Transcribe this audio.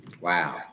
Wow